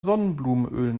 sonnenblumenöl